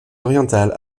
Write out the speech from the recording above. orientales